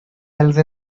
else